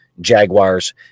Jaguars